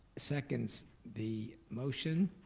seconds the motion,